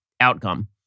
outcome